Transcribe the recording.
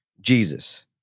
Jesus